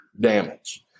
damage